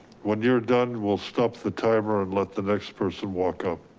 when you're done, we'll stop the timer and let the next person walk up.